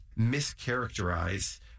mischaracterize